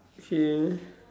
K